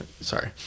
sorry